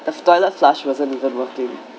the toilet flush wasn't even working